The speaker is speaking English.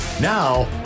Now